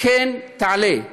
תעלה.